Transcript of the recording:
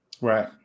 right